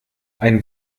ein